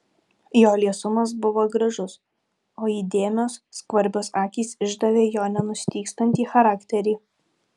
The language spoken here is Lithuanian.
jo liesumas buvo gražus o įdėmios skvarbios akys išdavė jo nenustygstantį charakterį